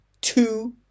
two